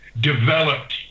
developed